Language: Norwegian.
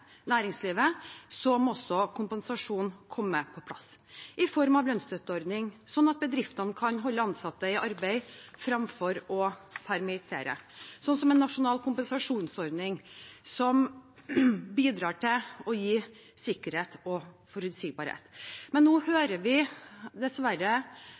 næringslivet, må også kompensasjon komme på plass i form av lønnsstøtteordning, slik at bedriftene kan holde ansatte i arbeid fremfor å permittere. Så også med en nasjonal kompensasjonsordning som bidrar til å gi sikkerhet og forutsigbarhet. Men nå hører vi dessverre